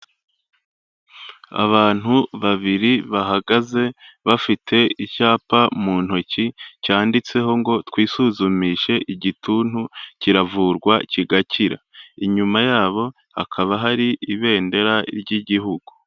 Abantu babiri bahagaze bafite icyapa mu ntoki cyanditseho ngo "twisuzumishe igituntu, kiravurwa kigakira". Inyuma yabo, hakaba hari ibendera ry'igihugu.